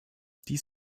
dies